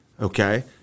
okay